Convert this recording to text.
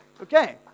Okay